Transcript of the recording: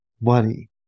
money